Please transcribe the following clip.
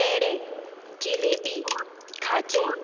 पेडे जिलेबी खाजें